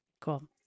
Cool